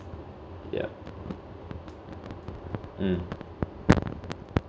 ya mm